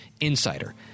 insider